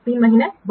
3 महीने के बाद